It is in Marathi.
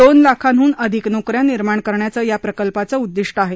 दोन लाखांहन अधिक नोकऱ्या निर्माण करण्याचं या प्रकल्पाचं उद्दीष्ट आहे